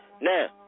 Now